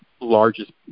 largest